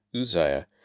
Uzziah